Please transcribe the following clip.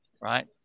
right